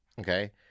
okay